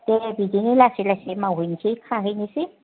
दे बिदिनो लासै लासै मावहैनोसै खाहैनोसै